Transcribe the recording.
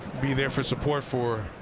be there for support for